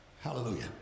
Hallelujah